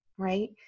right